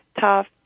tough